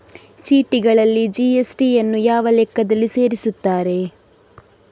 ಚೀಟಿಗಳಲ್ಲಿ ಜಿ.ಎಸ್.ಟಿ ಯನ್ನು ಯಾವ ಲೆಕ್ಕದಲ್ಲಿ ಸೇರಿಸುತ್ತಾರೆ?